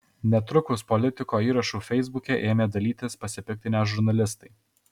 netrukus politiko įrašu feisbuke ėmė dalytis pasipiktinę žurnalistai